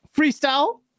freestyle